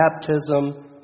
baptism